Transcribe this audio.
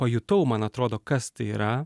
pajutau man atrodo kas tai yra